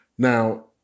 Now